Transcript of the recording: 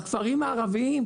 בכפרים הערביים.